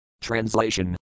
Translation